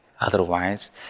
Otherwise